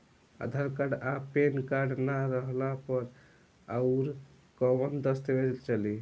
आधार card आ PAN card ना रहला पर अउरकवन दस्तावेज चली?